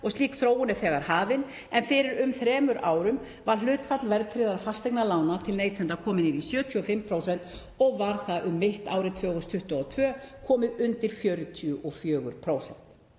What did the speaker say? Slík þróun er þegar hafin en fyrir um þremur árum var hlutfall verðtryggðra fasteignalána til neytenda komið niður í 75% og var um mitt ár 2022 komið undir 44%